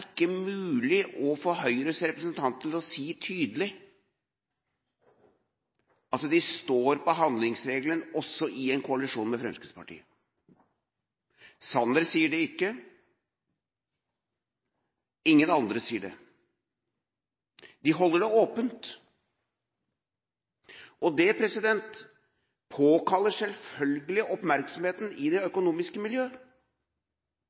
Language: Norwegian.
mulig å få Høyres representanter til å si tydelig at de står på handlingsregelen også i en koalisjon med Fremskrittspartiet. Sanner sier det ikke, ingen andre sier det. De holder det åpent, og det påkaller selvfølgelig oppmerksomheten i det